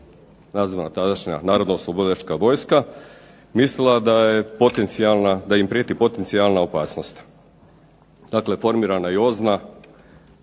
nazvana tadašnja Narodna oslobodilačka vojska, mislila da im prijeti potencijalna opasnost. Dakle, formirana je i